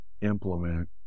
implement